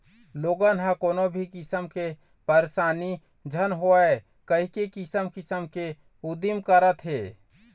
लोगन ह कोनो भी किसम के परसानी झन होवय कहिके किसम किसम के उदिम करत हे